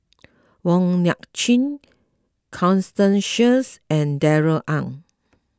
Wong Nai Chin Constance Sheares and Darrell Ang